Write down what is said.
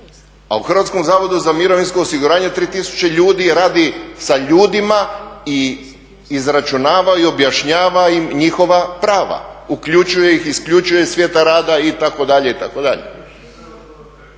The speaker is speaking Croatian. a u HZMO-u 3 tisuće ljudi radi sa ljudima i izračunava i objašnjava im njihova prava, uključuje ih, isključuje iz svijeta rada itd.